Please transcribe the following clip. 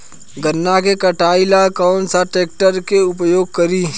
गन्ना के कटाई ला कौन सा ट्रैकटर के उपयोग करी?